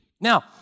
Now